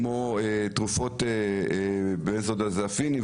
כמו תרופות אופיאטיות,